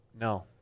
No